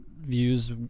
views